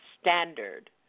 standard